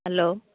hello